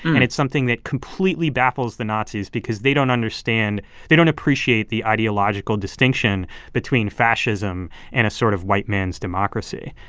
and it's something that completely baffles the nazis because they don't understand they don't appreciate the ideological distinction between fascism and a sort of white man's democracy